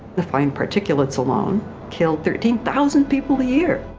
the find particulates alone killed thirteen thousand people a year.